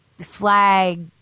flag